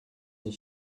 niej